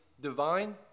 divine